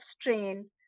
strain